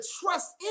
trust